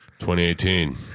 2018